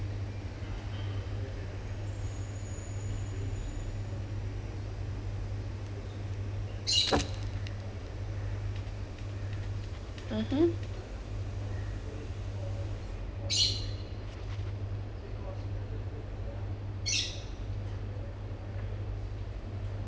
mmhmm